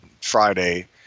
Friday